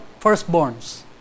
firstborns